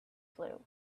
flu